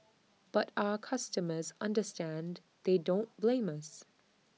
but our customers understand they don't blame us